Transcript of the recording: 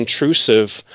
intrusive